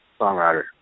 songwriter